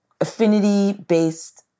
affinity-based